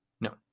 No